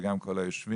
וגם כל היושבים,